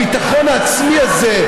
הביטחון העצמי הזה,